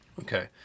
Okay